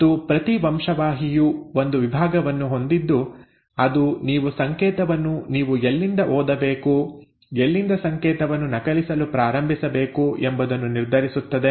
ಮತ್ತು ಪ್ರತಿ ವಂಶವಾಹಿಯು ಒಂದು ವಿಭಾಗವನ್ನು ಹೊಂದಿದ್ದು ಅದು ನೀವು ಸಂಕೇತವನ್ನು ನೀವು ಎಲ್ಲಿಂದ ಓದಬೇಕು ಎಲ್ಲಿಂದ ಸಂಕೇತವನ್ನು ನಕಲಿಸಲು ಪ್ರಾರಂಭಿಸಬೇಕು ಎಂಬುದನ್ನು ನಿರ್ಧರಿಸುತ್ತದೆ